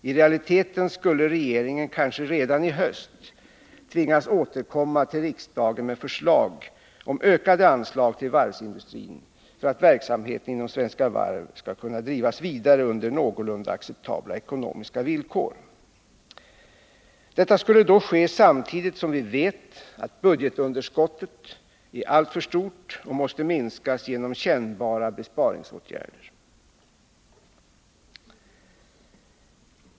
I realiteten skulle regeringen kanske redan i höst tvingas återkomma till riksdagen med förslag om ökade anslag till varvsindustrin för att verksamheten inom Svenska Varv skall kunna drivas vidare under någolunda acceptabla ekonomiska villkor. Detta skulle då ske samtidigt som vi vet att budgetunderskottet är alltför stort och måste minskas genom kännbara besparingsåtgärder.